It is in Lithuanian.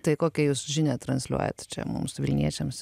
tai kokią jūs žinią transliuojat čia mums vilniečiams